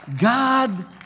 God